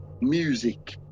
music